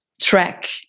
track